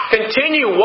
Continue